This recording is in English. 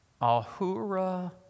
Ahura